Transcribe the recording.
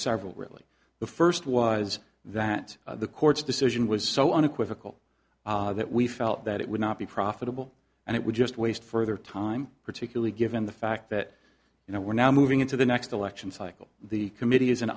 several really the first was that the court's decision was so unequivocal that we felt that it would not be profitable and it would just waste further time particularly given the fact that you know we're now moving into the next election cycle the committee is an